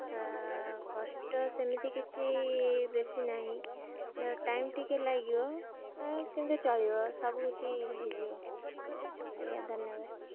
କଷ୍ଟ ସେମିତି କିଛି ବେଶୀ ନାହିଁ ଟାଇମ୍ ଟିକିଏ ଲାଗିବ କିନ୍ତୁ ଚଳିବ ସବୁ କିିଛି ହୋଇଯିବ ଆଜ୍ଞା ଧନ୍ୟବାଦ